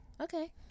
Okay